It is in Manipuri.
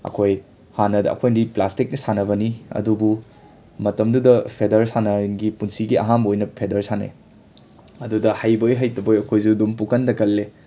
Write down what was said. ꯑꯩꯈꯣꯏ ꯍꯥꯟꯅ ꯑꯩꯈꯣꯏꯅꯗꯤ ꯄ꯭ꯂꯥꯁꯇꯤꯛꯅ ꯁꯥꯟꯅꯕꯅꯤ ꯑꯗꯨꯕꯨ ꯃꯇꯝꯗꯨꯗ ꯐꯦꯗꯔ ꯁꯥꯟꯅꯒꯤ ꯄꯨꯟꯁꯤꯒꯤ ꯑꯍꯥꯟꯕ ꯑꯣꯏꯅ ꯐꯦꯗꯔ ꯁꯥꯟꯅꯩ ꯑꯗꯨꯗ ꯍꯩꯕꯣꯏ ꯍꯩꯇꯕꯣꯏ ꯑꯩꯈꯣꯏꯖꯨ ꯑꯗꯨꯝ ꯄꯨꯀꯟꯗ ꯀꯜꯂꯦ